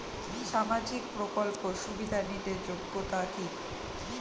সামাজিক প্রকল্প সুবিধা নিতে যোগ্যতা কি?